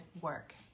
work